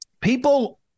people